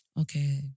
Okay